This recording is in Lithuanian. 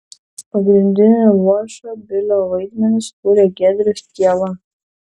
pagrindinį luošio bilio vaidmenį sukūrė giedrius kiela